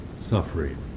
suffering